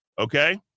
okay